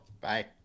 Bye